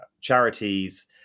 charities